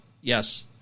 Yes